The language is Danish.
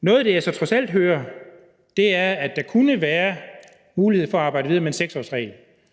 Noget af det, jeg så trods alt hører, er, at der kunne være mulighed for at arbejde videre med en 6-årsregel,